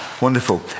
Wonderful